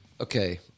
Okay